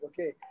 okay